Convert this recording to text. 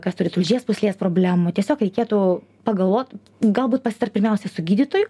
kas turi tulžies pūslės problemų tiesiog reikėtų pagalvot galbūt pasitart pirmiausia su gydytoju